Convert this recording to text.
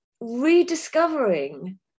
rediscovering